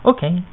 Okay